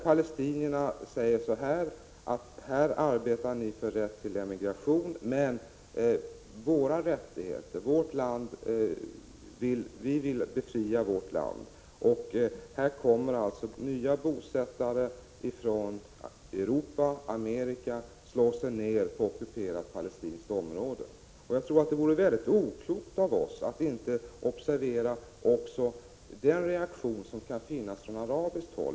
Palestinierna säger: Här arbetar ni för rätt till emigration. Men vi vill befria vårt land, och här kommer alltså nya Jag tror att det vore mycket oklokt av oss att inte observera också den reaktion som kan finnas på arabiskt håll.